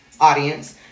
audience